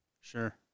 Sure